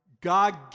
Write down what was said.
God